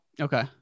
Okay